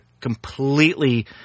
completely